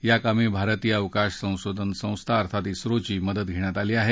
या कामी भारतीय अवकाश संशोधन संस्था अर्थात ओची मदत घेण्यात येत आहे